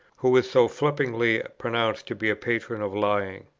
who is so flippantly pronounced to be a patron of lying.